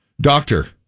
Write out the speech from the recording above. Doctor